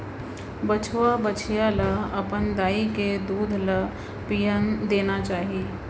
बछवा, बछिया ल अपन दाई के दूद ल पियन देना चाही